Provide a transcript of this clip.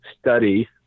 study